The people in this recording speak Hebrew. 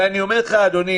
אדוני,